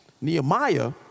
Nehemiah